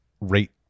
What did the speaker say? rate